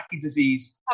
disease